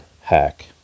hack